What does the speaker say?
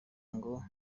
ngo